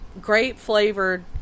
grape-flavored